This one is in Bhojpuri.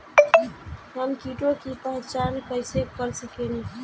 हम कीटों की पहचान कईसे कर सकेनी?